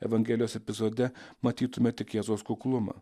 evangelijos epizode matytume tik jėzaus kuklumą